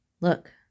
Look